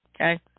Okay